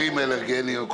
אלרגיים.